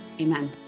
Amen